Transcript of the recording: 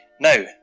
Now